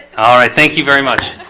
all right. thank you very much